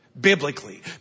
Biblically